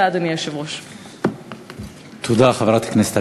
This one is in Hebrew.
או החלטה שענייניהם ויתור על שטח ריבוני תחול גם בהיעדר חוק-יסוד,